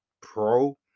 pro